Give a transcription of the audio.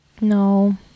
No